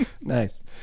Nice